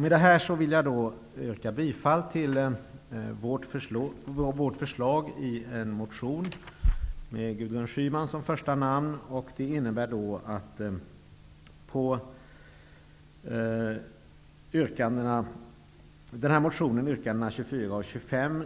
Med detta vill jag yrka bifall till Vänsterpartiets förslag i yrkandena 24 och 25 i en motion med Gudrun Schyman som första namn. Dessa förslag